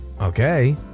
Okay